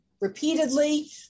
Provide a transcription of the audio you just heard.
repeatedly